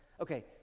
Okay